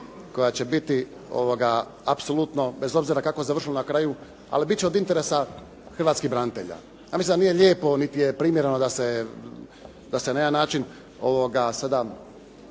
koja će biti apsolutno, bez obzira kako završilo na kraju, ali biti će od interesa hrvatskih branitelja. Ja mislim da nije lijepo niti je primjereno da se na jedan način sada